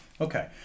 Okay